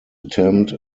attempt